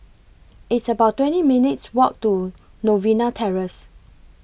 It's about twenty minutes' Walk to Novena Terrace